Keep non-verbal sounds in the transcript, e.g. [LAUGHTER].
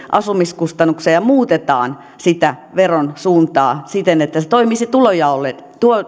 [UNINTELLIGIBLE] asumiskustannuksiin ja muutetaan sitä veron suuntaa siten että se toimisi